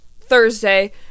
Thursday